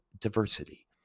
diversity